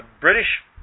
British